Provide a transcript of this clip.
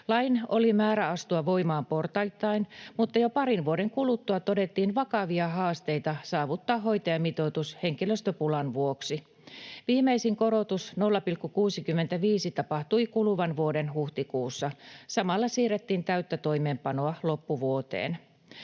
Lain oli määrä astua voimaan portaittain, mutta jo parin vuoden kuluttua todettiin vakavia haasteita saavuttaa hoitajamitoitus henkilöstöpulan vuoksi. Viimeisin korotus 0,65:een tapahtui kuluvan vuoden huhtikuussa. Samalla siirrettiin täyttä toimeenpanoa loppuvuoteen.